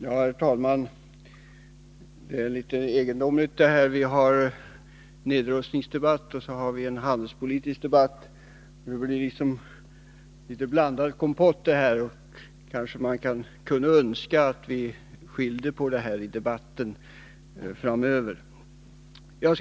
Herr talman! Det är litet egendomligt det här. Vi har dels en nedrustningsdebatt, dels en handelspolitisk debatt. Det blir liksom litet blandad kompott. Kanske man kunde önska att vi kunde skilja på dessa debatter framöver. Herr talman! Jag